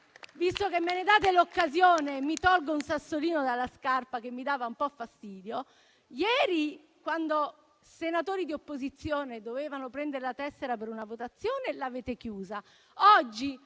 Visto che me ne date l'occasione, mi tolgo un sassolino dalla scarpa che mi dava un po' fastidio. Ieri, quando i senatori di opposizione dovevano prendere la tessera per una votazione, avete chiuso